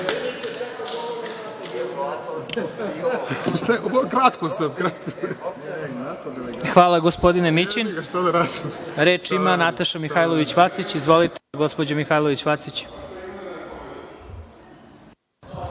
Hvala gospodine Mićin. Reč ima Nataša Mihajlović Vacić. Izvolite, gospođo Mihajlović Vacić.